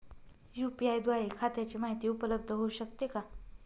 UPI द्वारे खात्याची माहिती उपलब्ध होऊ शकते का?